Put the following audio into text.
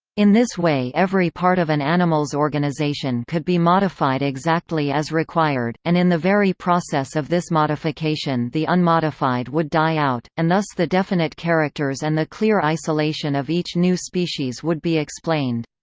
in this way every part of an animals organization could be modified exactly as required, and in the very process of this modification the unmodified would die out, and thus the definite characters and the clear isolation of each new species would be explained.